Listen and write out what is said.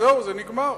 זהו, זה נגמר.